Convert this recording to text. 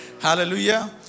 Hallelujah